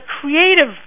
creative